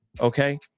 Okay